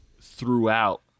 throughout